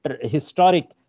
historic